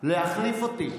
להחליף אותי.